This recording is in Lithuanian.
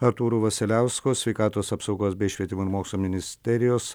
artūru vasiliausku sveikatos apsaugos bei švietimo ir mokslo ministerijos